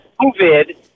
COVID